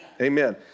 Amen